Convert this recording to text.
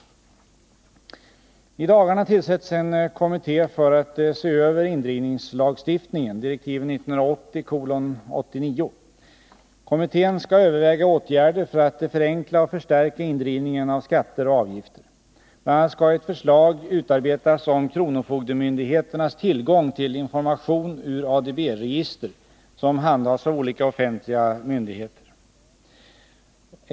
I dagarna tillsätts en kommitté för att se över indrivningslagstiftningen . Kommittén skall överväga åtgärder för att förenkla och förstärka indrivningen av skatter och avgifter. Bl. a. skall ett förslag utarbetas om kronofogdemyndigheternas tillgång till information ur ADB register som handhas av olika offentliga myndigheter.